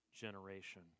generation